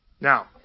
Now